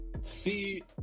See